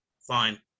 Fine